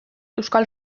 euskal